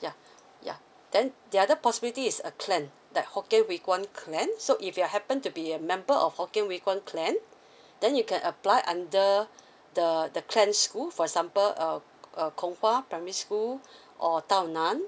yeah yeah then the other possibility is a clan like hokkien huay kuan clan so if you happen to be a member of hokkien huay kuan clan then you can apply under the the clan's school for example err err kong hwa primary school or tao nan